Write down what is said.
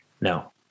No